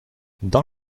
dans